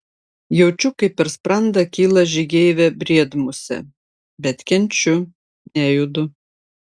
jaučiu kaip per sprandą kyla žygeivė briedmusė bet kenčiu nejudu